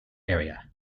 area